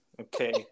okay